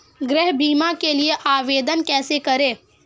गृह बीमा के लिए आवेदन कैसे करें?